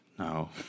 No